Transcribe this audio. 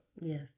Yes